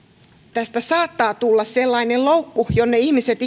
tästä saattaa tulla sellainen loukku jonne ihmiset